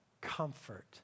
comfort